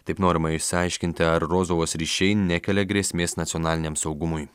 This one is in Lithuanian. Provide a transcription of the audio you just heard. taip norima išsiaiškinti ar rozovos ryšiai nekelia grėsmės nacionaliniam saugumui